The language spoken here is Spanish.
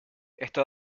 esto